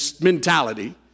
mentality